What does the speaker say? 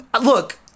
Look